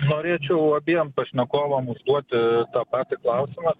norėčiau abiem pašnekovam užduoti tą patį klausimą